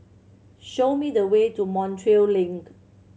show me the way to Montreal Link